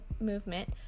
movement